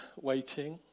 waiting